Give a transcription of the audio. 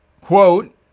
quote